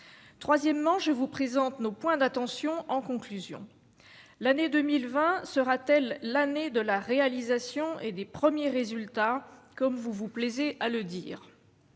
troisièmement, je vous présente nos points d'attention en conclusion l'année 2020 sera-t-elle l'année de la réalisation et des premiers résultats, comme vous vous plaisez à le dire.